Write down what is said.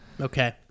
Okay